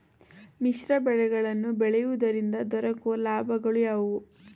ಮಿಶ್ರ ಬೆಳೆಗಳನ್ನು ಬೆಳೆಯುವುದರಿಂದ ದೊರಕುವ ಲಾಭಗಳು ಯಾವುವು?